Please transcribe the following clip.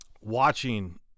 watching